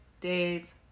days